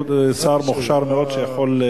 הוא עוד שר מוכשר מאוד, שיכול,